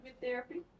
Therapy